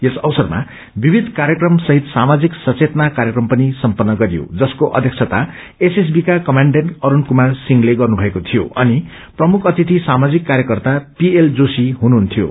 यस अवसरमा विविध कार्यक्रम सहित साामाजिक सचेतना कार्यक्रम पनि सम्पन्न गरियो जसको अध्यक्षता एसएसबी का कमाण्डेण्ट अरूण सिंहले गर्नुभएको थियो अनि प्रमुख अतिथि सामाजिक झर्यकर्ता पीएल जोशी हुनुहुन्थ्यो